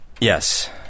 Yes